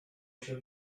się